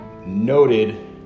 noted